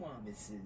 promises